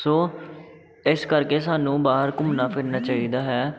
ਸੋ ਇਸ ਕਰਕੇ ਸਾਨੂੰ ਬਾਹਰ ਘੁੰਮਣਾ ਫਿਰਨਾ ਚਾਹੀਦਾ ਹੈ